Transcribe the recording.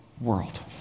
world